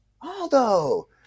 Aldo